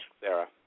Sarah